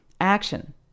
action